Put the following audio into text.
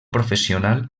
professional